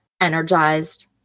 energized